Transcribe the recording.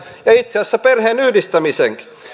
ja itse asiassa perheenyhdistämisenkin